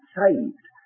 saved